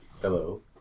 Hello